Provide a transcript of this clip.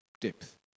depth